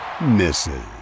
Misses